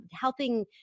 helping